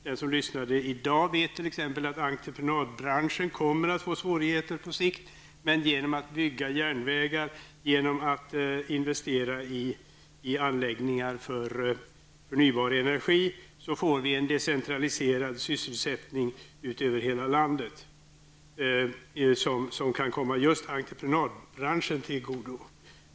Den som lyssnade på nyheterna i dag vet t.ex. att entreprenadbranschen kommer att få svårigheter på sikt. Genom att bygga järnvägar och investera i anläggningar för förnybar energi, får vi en decentraliserad sysselsättning över hela landet som kan komma just entreprenadbranschen till godo.